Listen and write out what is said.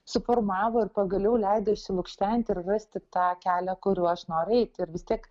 suformavo ir pagaliau leido išsilukštent ir rasti tą kelią kuriuo aš noriu eiti ir vis tiek